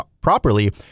properly